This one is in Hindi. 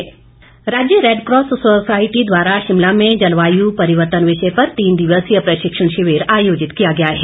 रैडकॉस राज्य रेडक्रॉस सोसायटी द्वारा शिमला में जलवायु परिवर्तन सम्बन्धी तीन दिवसीय प्रशिक्षण शिविर आयोजित किया गया है